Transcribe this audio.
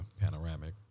panoramic